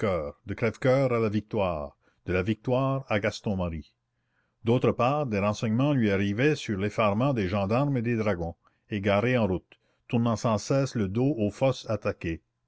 de crèvecoeur à la victoire de la victoire à gaston marie d'autre part des renseignements lui arrivaient sur l'effarement des gendarmes et des dragons égarés en route tournant sans cesse le dos aux fosses attaquées